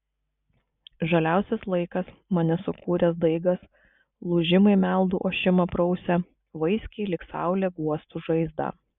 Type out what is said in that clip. žaliausias laikas mane sukūręs daigas lūžimai meldų ošimą prausia vaiskiai lyg saulė guostų žaizdą